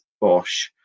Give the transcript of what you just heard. Bosch